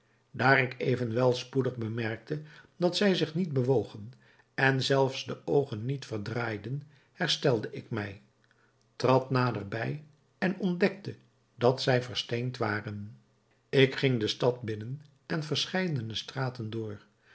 daar ik evenwel spoedig bemerkte dat zij zich niet bewogen en zelfs de oogen niet verdraaiden herstelde ik mij trad nader bij en ontdekte dat zij versteend waren ik ging de stad binnen en verscheidene straten door